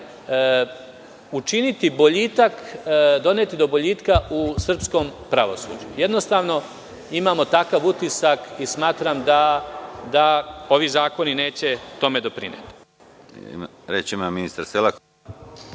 učiniti boljitak, doneti do boljitka u srpskom pravosuđu. Jednostavno, imamo takav utisak i smatram da ovi zakoni neće tome doprineti.